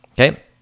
Okay